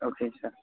अके सार